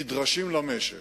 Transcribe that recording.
נדרשים למשק.